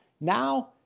now